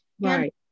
Right